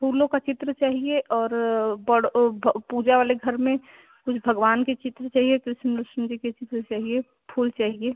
फूलों का चित्र चाहिए और बड़ वह पूजा वाले घर में कुछ भगवान के चित्र चाहिए कृष्ण उष्ण जी के चित्र चाहिए फूल चाहिए